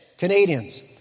Canadians